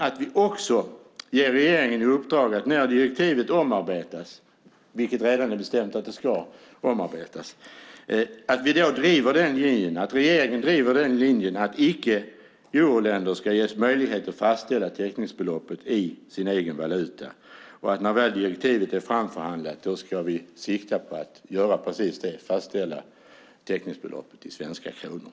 Vi ger också regeringen i uppdrag att se till att driva linjen att icke euroländer, när direktivet omarbetas, vilket redan är bestämt, ges möjligheter att fastställa täckningsbeloppet i sin egen valuta. När direktivet väl är framförhandlat ska vi sikta på att göra precis det, alltså fastställa täckningsbeloppet i svenska kronor.